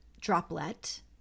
droplet